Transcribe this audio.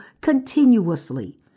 continuously